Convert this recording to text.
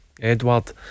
Edward